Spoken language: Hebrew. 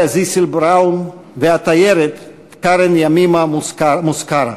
זִיסל בראון והתיירת קארן ימימה מוסקרה.